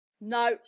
No